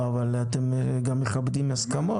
אבל אתם גם מכבדים הסכמות.